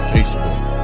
Facebook